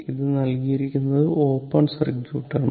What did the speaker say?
ഇത് നൽകിയിരിക്കുന്നത് open circuit ആണ്